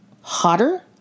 Hotter